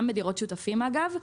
גם בדירות שותפים, אגב,